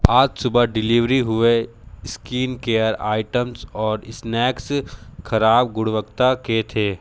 आज सुबह डिलीवरी हुए स्कीन केअर आइटम्स और स्नैक्स ख़राब गुणवत्ता के थे